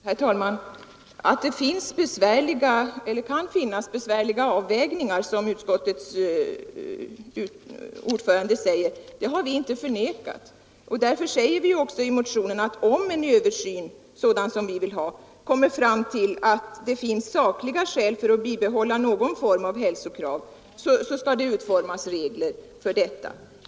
Herr talman! Att det, som utskottets ordförande säger, kan finnas besvärliga avvägningar har vi inte förnekat. Därför framhåller vi också i motionen att om den översyn som vi vill ha finner att det föreligger sakliga skäl för att bibehålla någon form av hälsokrav, så bör det utformas regler härför.